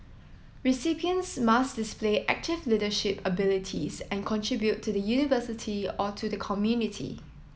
recipients must display active leadership abilities and contribute to the University or to the community